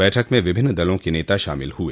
बैठक में विभिन्न दलों के नेता शामिल हुए